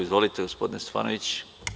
Izvolite, gospodine Stefanoviću.